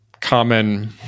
common